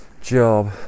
job